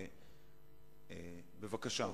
בבקשה.